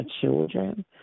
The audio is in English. children